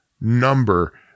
number